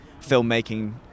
filmmaking